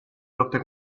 rotte